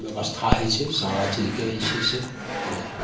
बेबस्था होइ छै सारा चीजके जे छै से ओहिमे